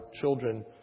children